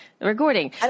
recording